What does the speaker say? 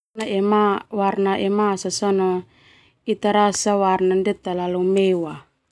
Warna emas sona ita rasa warna ndia talalu mewah.